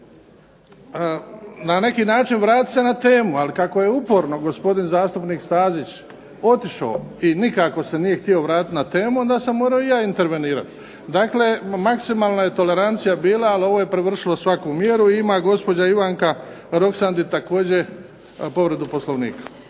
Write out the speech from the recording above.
na neki način vratiti se na temu. Ali kako je uporno gospodin zastupnik Stazić otišao i nikako se nije htio vratiti na temu, onda sam morao i ja intervenirati. Dakle, maksimalna je tolerancija bila, ali ovo je prevršilo svaku mjeru. I ima gospođa Ivanka Roksandić, također povredu Poslovnika.